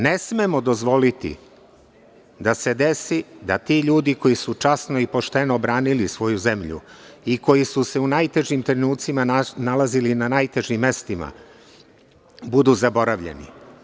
Ne smemo dozvoliti da se desi da ti ljudi koji su časno i pošteno branili svoju zemlju i koji su se u najtežim trenucima nalazili na najtežim mestima budu zaboravljeni.